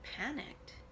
panicked